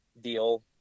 deal